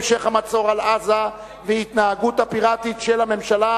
המשך המצור על עזה וההתנהגות הפיראטית של הממשלה,